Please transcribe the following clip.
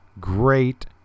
great